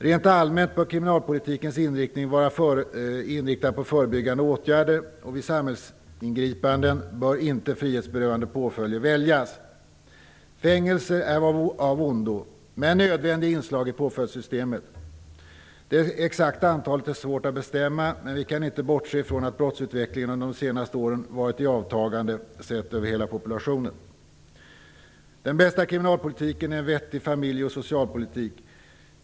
Rent allmänt bör kriminalpolitikens inriktning vara inriktad på förebyggande åtgärder, och vid samhällsingripanden bör frihetsberövande påföljd inte väljas. Fängelse är av ondo, men ett nödvändigt inslag i påföljdssystemet. Det exakta antalet är svårt att bestämma. Men vi kan inte bortse från att brottsutvecklingen under de senaste åren varit i avtagande, sett över hela populationen. Den bästa kriminalpolitiken är en vettig familjeoch socialpolitik.